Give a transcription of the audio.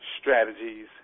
Strategies